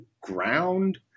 ground